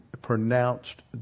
pronounced